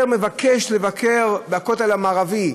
מבקש לבקר בכותל המערבי,